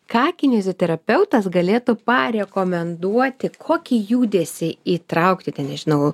ką kineziterapeutas galėtų parekomenduoti kokį judesį įtraukit ten nežinau